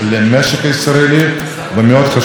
תודה רבה לחבר הכנסת רוברט טיבייב.